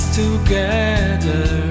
together